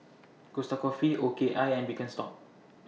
Costa Coffee O K I and Birkenstock